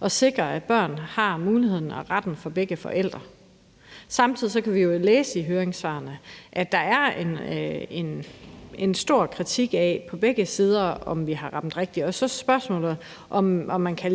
og sikre, at børnene har muligheden for og retten til begge forældre. Samtidig kan vi jo læse i høringssvarene, at der på begge sider er en stor kritik af, om vi har ramt rigtigt. Så er spørgsmålet, om man kan